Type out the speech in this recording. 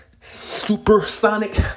supersonic